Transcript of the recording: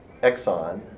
Exxon